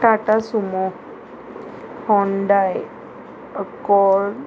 Tata Sumo Hyundai code